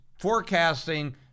forecasting